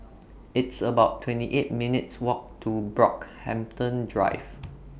It's about twenty eight minutes Walk to Brockhampton Drive